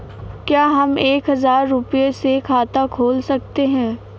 क्या हम एक हजार रुपये से खाता खोल सकते हैं?